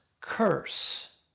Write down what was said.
curse